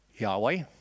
Yahweh